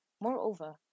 Moreover